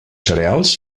cereals